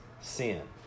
sin